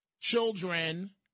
children